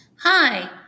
Hi